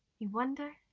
we wonder.